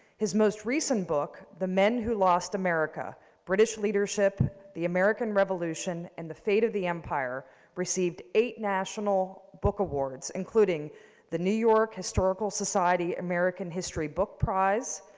his most recent book, the men who lost america british leadership, the american revolution, and the fate of the empire received eight national books awards including the new york historical society american history book prize,